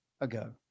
ago